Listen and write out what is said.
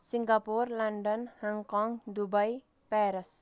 Singapore London Hong Kong Dubai Paris